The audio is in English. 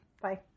Bye